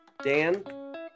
Dan